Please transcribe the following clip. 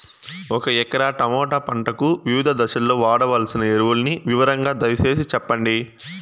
ఒక ఎకరా టమోటా పంటకు వివిధ దశల్లో వాడవలసిన ఎరువులని వివరంగా దయ సేసి చెప్పండి?